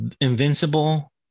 invincible